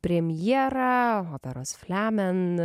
premjerą operos fliamen